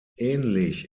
ähnlich